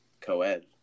co-ed